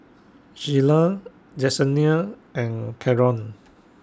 Shyla Jessenia and Caron